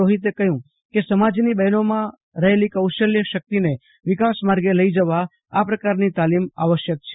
રોહિતે કહ્યું કે સમાજનીબહેનોમાં રહેલી કૌશલ્ય શક્તિને વિકાસ માર્ગે લઇ જવા આ પ્રકારની તાલીમ આવશ્યક છે